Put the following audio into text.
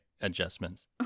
adjustments